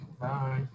Bye